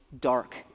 dark